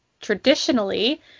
Traditionally